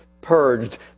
purged